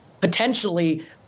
potentially